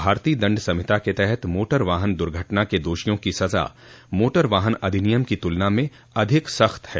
भारतीय दंड संहिता के तहत मोटर वाहन दुर्घटना के दोषियों की सजा मोटर वाहन अधिनियम की तुलना में अधिक सख्त है